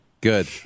Good